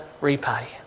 repay